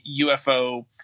UFO